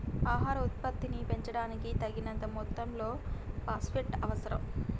ఆహార ఉత్పత్తిని పెంచడానికి, తగినంత మొత్తంలో ఫాస్ఫేట్ అవసరం